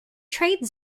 trade